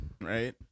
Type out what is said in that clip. Right